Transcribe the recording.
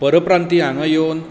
परप्रांती हांगा येवन